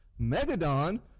Megadon